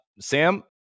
Sam